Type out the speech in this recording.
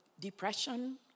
depression